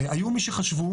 היו מי שחשבו